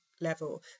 level